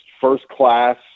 first-class